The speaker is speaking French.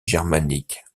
germanique